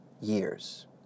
years